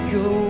go